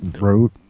wrote